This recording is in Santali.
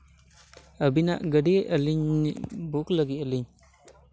ᱟᱹᱵᱤᱱᱟᱜ ᱜᱟᱹᱰᱤ ᱟᱹᱞᱤᱧ ᱵᱩᱠ ᱞᱟᱹᱜᱤᱫ ᱟᱹᱞᱤᱧ